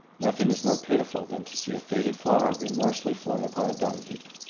nothing is more pitiful than to see a faded flower remorselessly flung upon a dung heap.